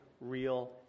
real